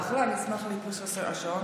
אשמח לאיפוס השעון.